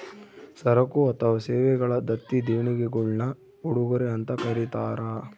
ಸರಕು ಅಥವಾ ಸೇವೆಗಳ ದತ್ತಿ ದೇಣಿಗೆಗುಳ್ನ ಉಡುಗೊರೆ ಅಂತ ಕರೀತಾರ